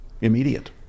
immediate